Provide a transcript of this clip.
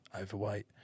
overweight